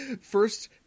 First